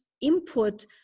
input